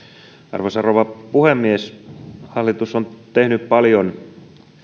arvoisa rouva puhemies hallitus on tehnyt paljon